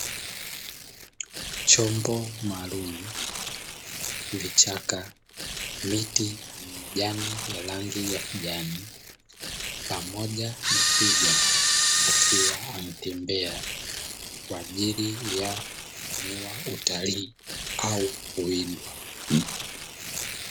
Chombo maalumu, vichaka, miti, majani ya rangi ya kijani pamoja na twiga akiwa anatembea kwa ajili ya utalii au kuwindwa.